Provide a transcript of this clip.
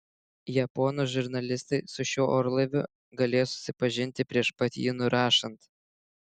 japonų žurnalistai su šiuo orlaiviu galėjo susipažinti prieš pat jį nurašant